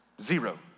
Zero